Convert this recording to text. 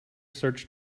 search